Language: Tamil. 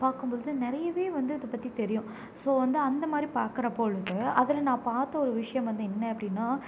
பார்க்கும்போது நிறையவே வந்து அதைப் பற்றி தெரியும் ஸோ வந்து அந்த மாதிரி பார்க்கறபொழுது அதில் நான் பார்த்த ஒரு விஷயம் வந்து என்ன அப்படின்னா